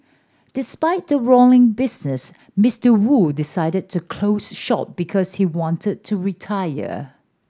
despite the roaring business Mister Wu decided to close shop because he wanted to retire